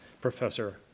professor